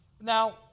Now